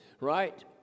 Right